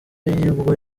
ubwo